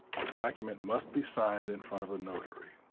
the document must be signed in front of a notary.